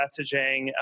messaging